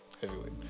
heavyweight